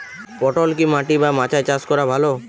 পটল কি মাটি বা মাচায় চাষ করা ভালো?